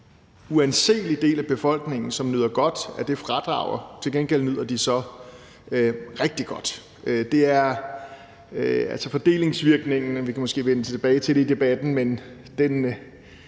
uanselig del af befolkningen, som nyder godt af det fradrag. Til gengæld nyder de så rigtig godt. Fordelingsvirkningen – vi kan måske vende tilbage til det i debatten